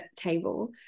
table